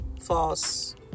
false